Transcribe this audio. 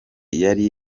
yari